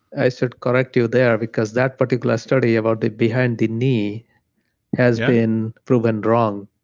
i should correct you there because that particular study about the behind the knee has been proven wrong.